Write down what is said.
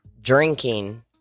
drinking